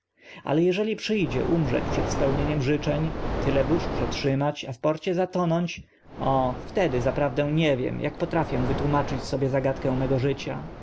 ale eżeli przy dzie umrzeć przed spełnieniem życzeń tyle burz przetrzymać a w porcie bohomaza dziś popr bohomaz zwierciadlana zagadka zatonąć o wtedy zaprawdę nie wiem ak potrafię sobie wytłumaczyć zagadkę mego życia